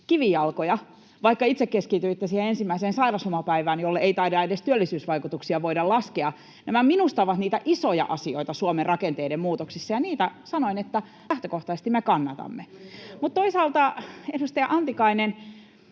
kivijalkoja, vaikka itse keskityitte siihen ensimmäiseen sairauslomapäivään, jolle ei taida edes voida työllisyysvaikutuksia laskea, ovat niitä isoja asioita Suomen rakenteiden muutoksissa, ja niistä sanoin, että lähtökohtaisesti me kannatamme niitä. Mutta toisaalta, edustaja Antikainen,